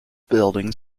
buildings